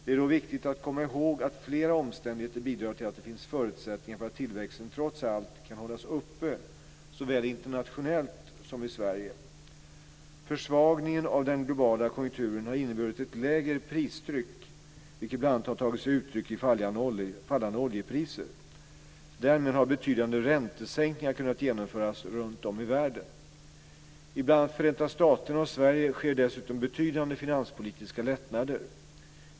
Det är dock viktigt att komma ihåg att flera omständigheter bidrar till att det finns förutsättningar för att tillväxten trots allt kan hållas uppe såväl internationellt som i Sverige. Försvagningen av den globala konjunkturen har inneburit ett lägre pristryck, vilket bl.a. har tagit sig uttryck i fallande oljepriser. Därmed har betydande räntesänkningar kunnat genomföras runtom i världen. I bl.a. Förenta staterna och Sverige sker dessutom betydande finanspolitiska lättnader.